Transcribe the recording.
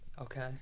Okay